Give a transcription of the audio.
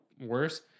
worse